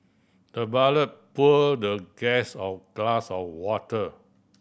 the butler poured the guest of glass of water